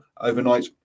overnight